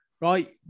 right